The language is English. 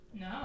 no